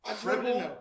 triple